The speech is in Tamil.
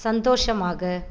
சந்தோஷமாக